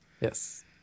Yes